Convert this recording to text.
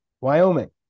Wyoming